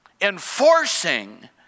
enforcing